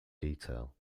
detail